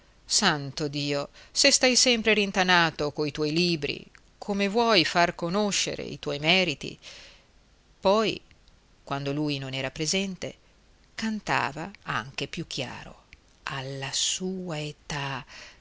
santo dio se stai sempre rintanato coi tuoi libri come vuoi far conoscere i tuoi meriti poi quando lui non era presente cantava anche più chiaro alla sua età